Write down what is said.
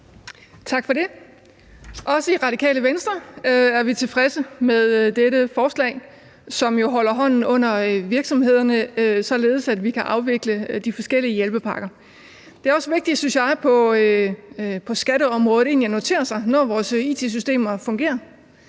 Tak for det. Også i Radikale Venstre er vi tilfredse med dette forslag, som jo holder hånden under virksomhederne, og som gør, at vi kan afvikle de forskellige hjælpepakker. Det er også vigtigt, synes jeg, på skatteområdet egentlig at notere sig, når vores it-systemer fungerer,